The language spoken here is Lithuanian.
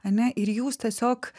ane ir jūs tiesiog